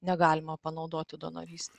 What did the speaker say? negalima panaudoti donorystei